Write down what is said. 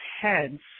heads